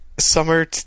summer